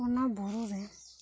ᱚᱱᱟ ᱵᱩᱨᱩ ᱨᱮ